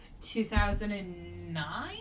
2009